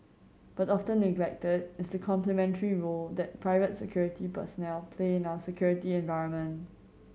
but often neglected is the complementary role that private security personnel play in our security environment